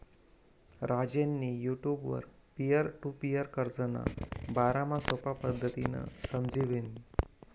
राजेंनी युटुबवर peer to peer कर्जना बारामा सोपा पद्धतीनं समझी ल्हिनं